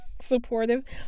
supportive